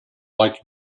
like